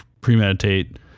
premeditate